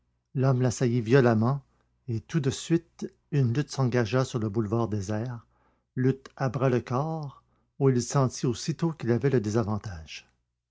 l'homme l'assaillait violemment et tout de suite une lutte s'engagea sur le boulevard désert lutte à bras-le-corps où il sentit aussitôt qu'il avait le désavantage